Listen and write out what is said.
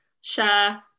share